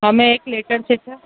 हमें एक लेटर